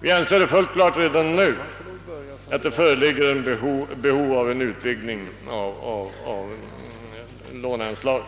Vi anser att det redan nu är fullt klart att det föreligger behov av en höjning av låneanslaget.